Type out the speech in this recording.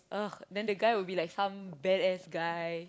ugh then the guy will be like some badass guy